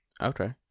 Okay